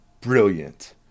brilliant